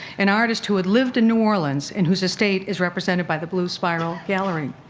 an artist who had lived in new orleans and whose estate is represented by the blue spiral gallery.